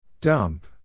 Dump